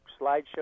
slideshow